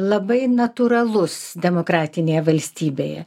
labai natūralus demokratinėje valstybėje